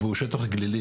הוא שטח גלילי.